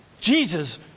Jesus